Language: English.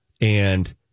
and-